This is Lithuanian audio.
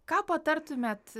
ką patartumėt